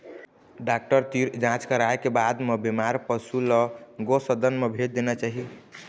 doctor तीर जांच कराए के बाद म बेमार पशु ल गो सदन म भेज देना चाही